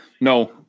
no